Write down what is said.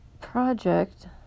project